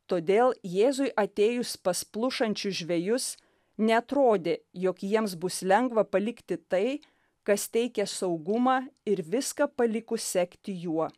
todėl jėzui atėjus pas plušančius žvejus neatrodė jog jiems bus lengva palikti tai kas teikė saugumą ir viską palikus sekti juo